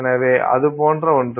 எனவே அது போன்ற ஒன்று